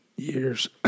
years